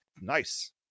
Nice